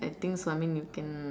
I think something you can